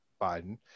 Biden